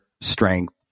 strength